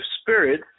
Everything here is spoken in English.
spirit